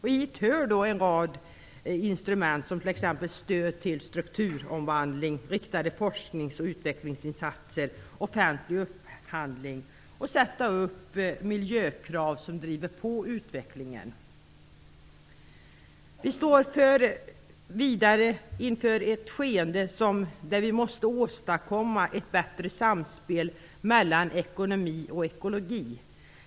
Hit hör en rad instrument -- t.ex. stöd till strukturomvandling, riktade forsknings och utvecklingsinsatser, offentlig upphandling och miljökrav som driver på utvecklingen. Vidare står vi inför ett skeende där vi måste åstadkomma ett bättre samspel mellan ekonomi och ekologi.